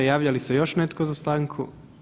Javlja li se još netko za stanku?